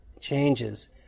changes